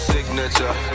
Signature